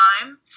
time